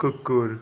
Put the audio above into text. कुकुर